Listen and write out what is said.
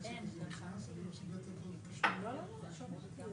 גופים נותני הכשר הם הגופים שינהלו את עולם שירותי ההשגחה,